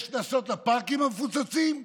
יש קנסות לפארקים המפוצצים?